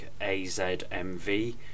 AZMV